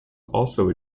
also